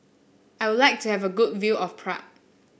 I would like to have a good view of Prague